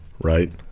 right